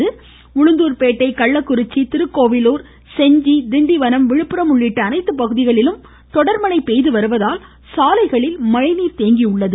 மாவட்டத்தில் உளுந்தூர்பேட்டை கள்ளக்குறிச்சி திருக்கோயிலூர் செஞ்சி திண்டிவனம் விழுப்புரம் உள்ளிட்ட அனைத்து பகுதிகளிலும் தொடர்மழை பெய்து வருவதால் சாலைகளில் மழைநீர் தேங்கியுள்ளது